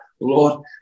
Lord